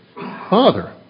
father